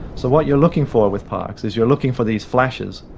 so what you're looking for with parkes is you're looking for these flashes,